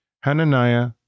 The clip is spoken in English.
Hananiah